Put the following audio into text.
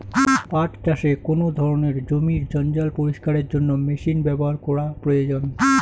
পাট চাষে কোন ধরনের জমির জঞ্জাল পরিষ্কারের জন্য মেশিন ব্যবহার করা প্রয়োজন?